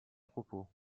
propos